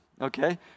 okay